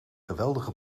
geweldige